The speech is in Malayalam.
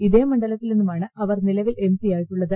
ഇതേ മണ്ഡലത്തിൽ നിന്നുമാണ് അവർ നിലവിൽ എം പിയായിട്ടുള്ളത്